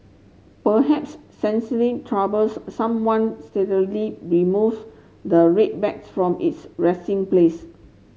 perhaps troubles someone removes the red bag from its resting place